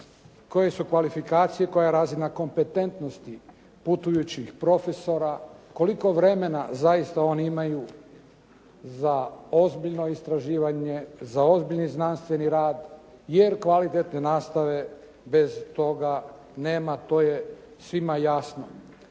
koje su kvalifikacije, koja je razina kompetentnosti putujućih profesora, koliko vremena oni zaista imaju za ozbiljno istraživanje, za ozbiljni znanstveni rad jer kvalitetne nastave bez toga nema, to je svima jasno.